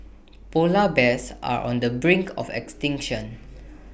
Polar Bears are on the brink of extinction